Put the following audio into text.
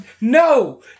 No